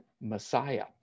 Messiah